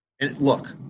look